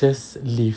just leave